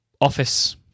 Office